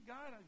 God